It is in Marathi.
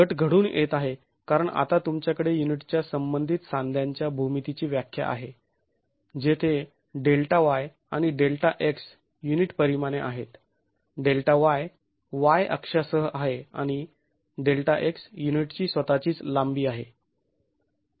घट घडून येत आहे कारण आता तुमच्याकडे युनिटच्या संबंधित सांध्यांच्या भूमितीची व्याख्या आहे जेथे Δy आणि Δx युनिट परिमाणे आहेत Δy y अक्षासह आहे आणि Δx युनिटची स्वतःचीच लांबी आहे